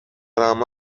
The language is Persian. عمه